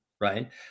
right